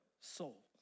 soul